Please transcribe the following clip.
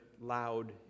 loud